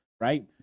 right